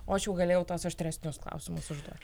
o aš jau galėjau tuos aštresnius klausimus užduot